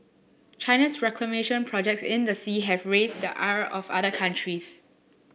China's reclamation projects in the sea have raised the ire of other countries